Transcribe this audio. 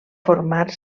formar